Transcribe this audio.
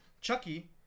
Chucky